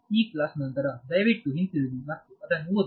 ಆದ್ದರಿಂದ ಈ ಕ್ಲಾಸ್ ನ ನಂತರ ದಯವಿಟ್ಟು ಹಿಂತಿರುಗಿ ಮತ್ತು ಅದನ್ನು ಓದಿ